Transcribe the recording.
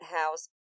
house